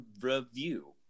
review